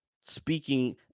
speaking